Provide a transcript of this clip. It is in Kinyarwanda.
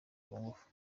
kungufu